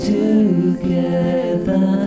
together